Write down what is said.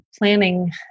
planning